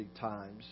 times